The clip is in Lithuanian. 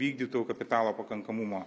vykdytų kapitalo pakankamumo